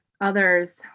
others